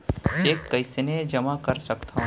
Cheque कईसने जेमा कर सकथो?